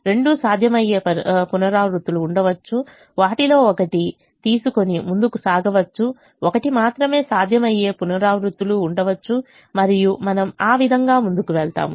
రెండూ సాధ్యమయ్యే పునరావృత్తులు ఉండవచ్చు వాటిలో ఒకటి తీసుకొని ముందుకు సాగవచ్చు ఒకటి మాత్రమే సాధ్యమయ్యే పునరావృత్తులు ఉండవచ్చు మరియు మనము ఆ విధంగా ముందుకు వెళ్తాము